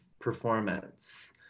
performance